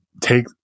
take